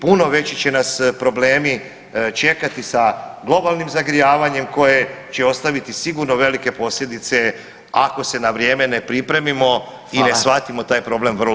Puno veći će nas problemi čekati sa globalnim zagrijavanjem koje će ostaviti sigurno velike posljedice ako se na vrijeme ne pripremimo i ne shvatimo taj problem ozbiljno.